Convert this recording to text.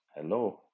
Hello